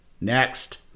next